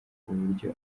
uburyo